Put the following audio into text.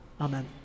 Amen